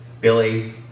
Billy